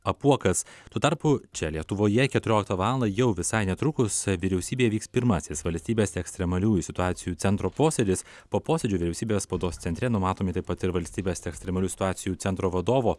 apuokas tuo tarpu čia lietuvoje keturioliktą valandą jau visai netrukus vyriausybėj vyks pirmasis valstybės ekstremaliųjų situacijų centro posėdis po posėdžio vyriausybės spaudos centre numatomi taip pat ir valstybės ekstremalių situacijų centro vadovo